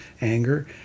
anger